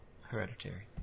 hereditary